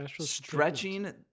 stretching